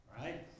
right